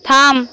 থাম